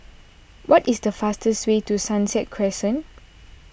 what is the fastest way to Sunset Crescent